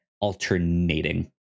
alternating